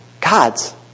God's